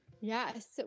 Yes